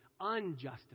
unjustified